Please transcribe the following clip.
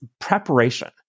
preparation